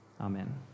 Amen